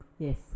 Yes